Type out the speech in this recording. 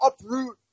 uproot